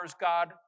God